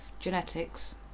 Genetics